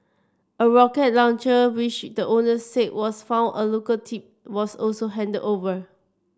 a rocket launcher which the owner said was found a local tip was also handed over